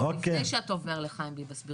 עוד לפני שאתה עובר לחיים ביבס,